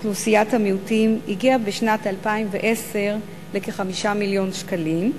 אוכלוסיית המיעוטים הגיע בשנת 2010 לכ-5 מיליוני שקלים.